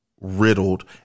riddled